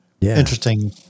Interesting